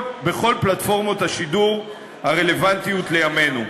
פלטפורמות השידור הרלוונטיות לימינו.